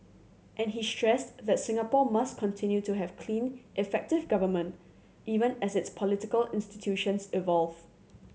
and he stressed that Singapore must continue to have clean effective government even as its political institutions evolve